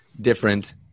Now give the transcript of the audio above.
different